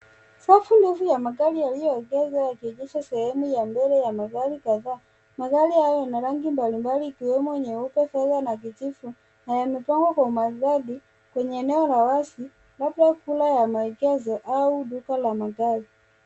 Safu ndefu ya magari yaliyoegezwa yakionyesha sehemu ya mbele ya magari kadhaa. Magari hayo yana rangi mbalimbali ikiwemo nyeupe, fedha na kijivu na yamepangwa kwa maridadi kwenye eneo la wazi labda duka la magari.